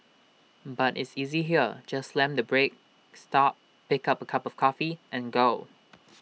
but is easy here just slam the brake stop pick A cup of coffee and go